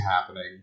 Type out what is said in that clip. happening